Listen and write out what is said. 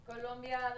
Colombia